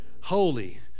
Holy